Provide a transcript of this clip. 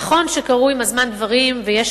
נכון שקרו עם הזמן דברים, ויש